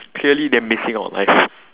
clearly they missing out on life